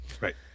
Right